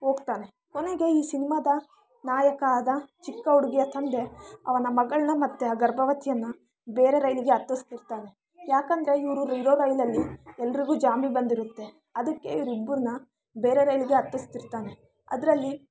ಹೋಗ್ತಾನೆ ಕೊನೆಗೆ ಈ ಸಿನಿಮಾದ ನಾಯಕ ಆದ ಚಿಕ್ಕ ಹುಡುಗಿಯ ತಂದೆ ಅವನ ಮಗಳನ್ನ ಮತ್ತೆ ಆ ಗರ್ಭವತಿಯನ್ನು ಬೇರೆ ರೈಲಿಗೆ ಹತ್ತಿಸಿಬಿಡ್ತಾನೆ ಯಾಕೆಂದ್ರೆ ಇವರು ಇರೋ ರೈಲಲ್ಲಿ ಎಲ್ಲರಿಗೂ ಜಾಂಬಿ ಬಂದಿರುತ್ತೆ ಅದಕ್ಕೆ ಇವರಿಬ್ರನ್ನ ಬೇರೆ ರೈಲಿಗೆ ಹತ್ತಿಸ್ತಿರ್ತಾನೆ ಅದರಲ್ಲಿ